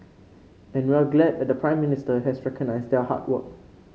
and we're glad that the Prime Minister has recognised their hard work